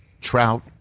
Trout